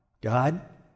God